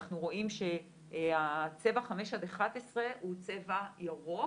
אנחנו רואים שהצבע 5 עד 11 הוא צבע ירוק,